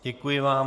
Děkuji vám.